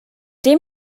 dem